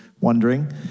wondering